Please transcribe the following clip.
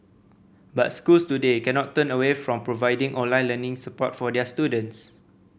but schools today cannot turn away from providing online learning support for their students